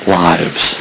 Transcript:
lives